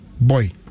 boy